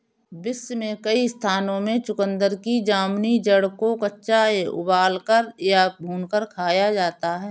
विश्व के कई स्थानों में चुकंदर की जामुनी जड़ को कच्चा उबालकर या भूनकर खाया जाता है